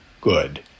good